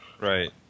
right